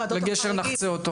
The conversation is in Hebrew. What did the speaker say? לגשר, נחצה אותו.